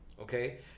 Okay